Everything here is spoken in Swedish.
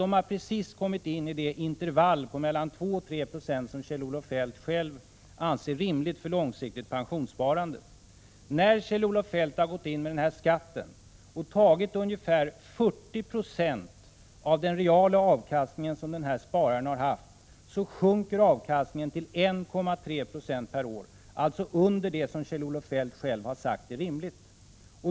Han har precis kommit in i det intervall på mellan 2 och 3 26 som Kjell-Olof Feldt själv anser rimligt för ett långsiktigt pensionssparande. När Kjell-Olof Feldt gått in med denna skatt och tagit ungefär 40 90 av den reala avkastning som den här spararen haft, sjunker avkastningen till 1,3 96 per år, alltså under det som Kjell-Olof Feldt själv sagt är rimligt.